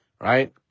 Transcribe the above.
right